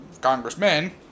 congressmen